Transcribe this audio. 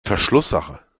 verschlusssache